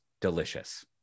Delicious